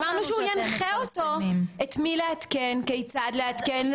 אמרנו שהוא ינחה אותו את מי לעדכן, כיצד לעדכן.